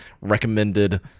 recommended